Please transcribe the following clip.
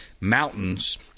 mountains